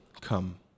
come